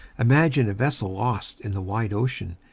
imagine a vessel lost in the wide ocean,